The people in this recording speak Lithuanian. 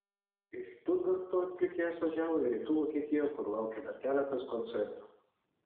iš štutgarto atlikėjas važiavo į rytų vokietiją kur laukė dar keletas koncertų